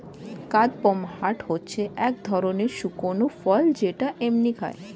কাদপমহাট হচ্ছে এক ধরণের শুকনো ফল যেটা এমনিই খায়